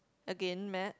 again math